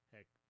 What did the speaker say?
Heck